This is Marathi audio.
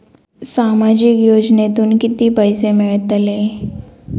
सामाजिक योजनेतून किती पैसे मिळतले?